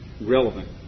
relevant